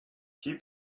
few